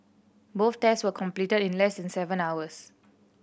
both tests were completed in less than seven hours